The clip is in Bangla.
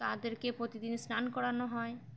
তাদেরকে প্রতিদিন স্নান করানো হয়